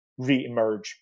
reemerge